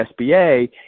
SBA